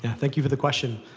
yeah thank you for the question.